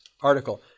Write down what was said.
article